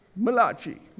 Malachi